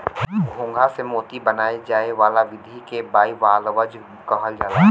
घोंघा से मोती बनाये जाए वाला विधि के बाइवाल्वज कहल जाला